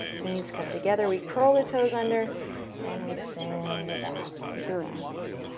knees come together, we crawl the toes under and we send it back. take a rest.